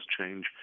change